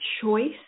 choice